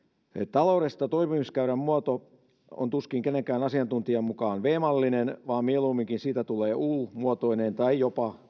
talouden toipumiskäyrän muoto on tuskin kenenkään asiantuntijan mukaan viidennen mallinen vaan mieluumminkin siitä tulee u muotoinen tai jopa